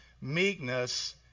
meekness